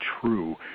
true